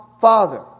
Father